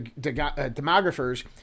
demographers